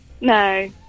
No